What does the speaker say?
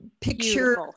picture